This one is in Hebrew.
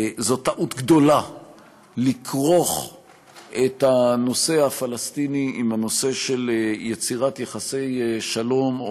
זאת טעות גדולה לכרוך את הנושא הפלסטיני עם הנושא של יצירת יחסי שלום,